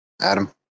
Adam